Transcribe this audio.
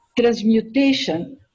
transmutation